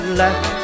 left